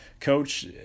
coach